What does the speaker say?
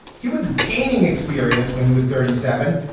he was gaining experience when he was thirty seven.